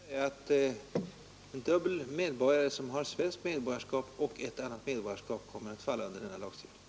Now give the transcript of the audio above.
Herr talman! På denna fråga kan jag kort svara att den som har dubbelt medborgarskap — svenskt medborgarskap och ett annat medborgarskap — kommer att falla under denna lagstiftning.